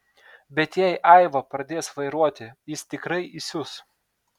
bet jei aiva pradės vairuoti jis tikrai įsius